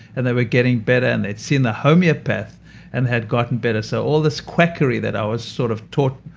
and they were getting better. and they'd seen a homeopath and had gotten better. so all this quackery that i was sort of taught,